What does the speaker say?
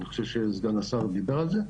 אני חושב שסגן השר דיבר על זה,